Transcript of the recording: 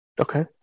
Okay